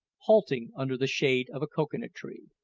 halting under the shade of a cocoa-nut tree.